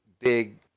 big